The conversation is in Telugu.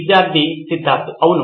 విద్యార్థి సిద్ధార్థ్ అవును